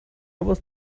was